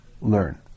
learn